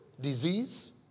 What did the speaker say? disease